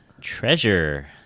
Treasure